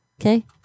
Okay